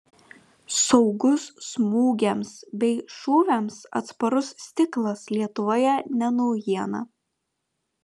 saugus smūgiams bei šūviams atsparus stiklas lietuvoje ne naujiena